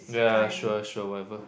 ya sure sure whatever